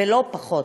ולא פחות.